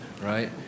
right